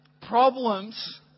problems